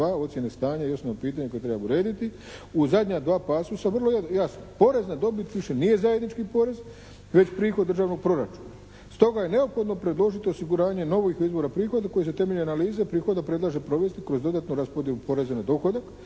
u zadnja dva pasosa vrlo jasno. Porez na dobit više nije zajednički porez već prihod državnog proračuna. Stoga je neophodno predložiti osiguranje novih izvora prihoda koji se temeljem analize prihoda predlaže provesti kroz dodatnu raspodjelu poreza na dohodak.